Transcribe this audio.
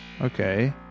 Okay